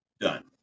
done